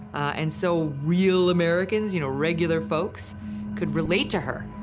and so real americans, you know, regular folks could relate to her.